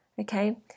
okay